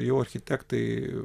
jau architektai